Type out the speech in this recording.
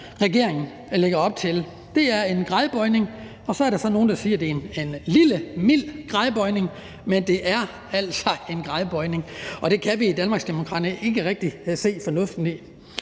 regeringen lægger op til. Det er en gradbøjning, og så er der så nogen, der siger, at det er en lille, mild gradbøjning, men det er altså en gradbøjning, og det kan vi i Danmarksdemokraterne ikke rigtig se fornuften i.